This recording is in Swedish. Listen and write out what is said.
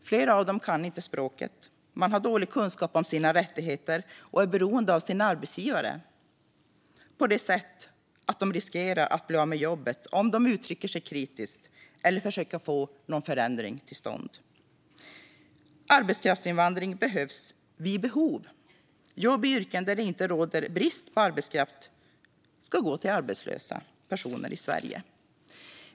Flera av dem kan inte språket, har dålig kunskap om sina rättigheter och är beroende av sin arbetsgivare på ett sådant sätt att de riskerar att bli av med jobbet om de uttrycker sig kritiskt eller försöker få någon förändring till stånd. Arbetskraftsinvandring behövs vid behov. Jobb i yrken där det inte råder brist på arbetskraft ska gå till arbetslösa personer i Sverige.